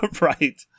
Right